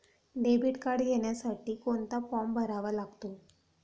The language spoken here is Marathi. डेबिट कार्ड घेण्यासाठी कोणता फॉर्म भरावा लागतो?